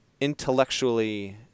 intellectually